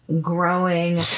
growing